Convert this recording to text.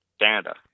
Canada